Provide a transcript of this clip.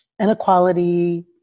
inequality